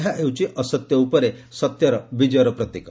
ଏହା ହେଉଛି ଅସତ୍ୟ ଉପରେ ସତ୍ୟର ବିଜୟ ପ୍ରତୀକ